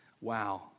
wow